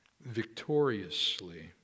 victoriously